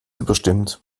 überstimmt